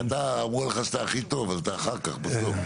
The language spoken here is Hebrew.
אמרו לך שאתה הכי טוב, אז אתה אחר כך, בסוף.